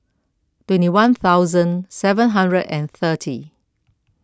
twenty one thousand seven hundred and thirty